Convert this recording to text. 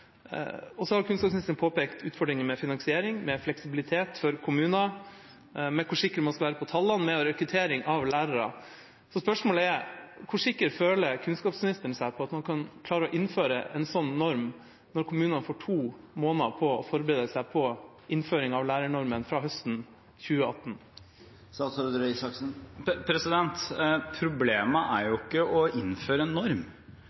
lærere. Så spørsmålet er: Hvor sikker føler kunnskapsministeren seg på at man kan klare å innføre en sånn norm, når kommunene får to måneder på å forberede seg på innføring av lærernormen fra høsten 2018? Problemet er ikke å innføre en norm.